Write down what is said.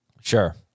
Sure